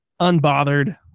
unbothered